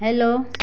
hello